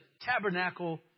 tabernacle